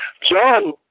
John